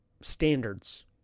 standards